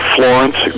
Florence